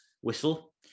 whistle